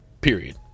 period